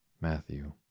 Matthew